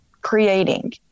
creating